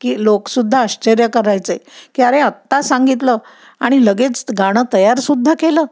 की लोकसुद्धा आश्चर्य करायचे की अरे आत्ता सांगितलं आणि लगेच गाणं तयारसुद्धा केलं